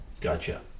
gotcha